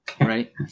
right